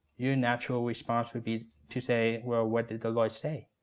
your natural response would be to say, well, what did the lord say?